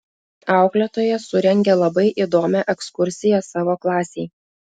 auklėtoja surengė labai įdomią ekskursiją savo klasei